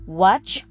watch